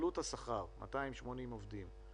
עלות שכר של 280 עובדים,